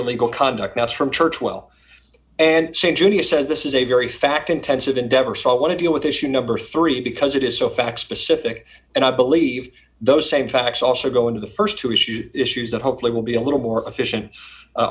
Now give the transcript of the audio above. illegal conduct that's from churchwell and saying judy says this is a very fact intensive endeavor so i want to deal with issue number three because it is so facts specific and i believe those same facts also go into the st two issues issues that hopefully will be a little more efficient a